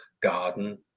garden